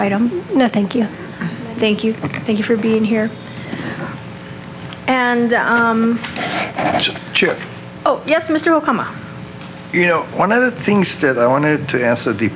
item no thank you thank you thank you for being here and oh yes mr obama you know one other things that i wanted to